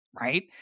Right